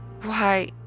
Why